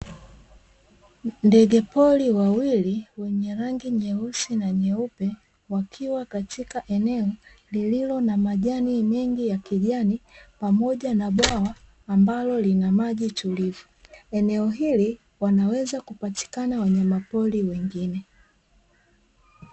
Ndegepori wawili wenye rangi nyeusi na nyeupe, wakiwa katika eneo lililo na majani mengi ya kijani pamoja na bwawa ambalo lina maji tulivu. Eneo hili wanaweza kupatikana wanyamapori wengine.